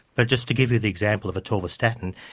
but just to give you the example of atorvastatin,